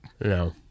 No